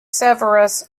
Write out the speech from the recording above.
severus